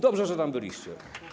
Dobrze, że tam byliście.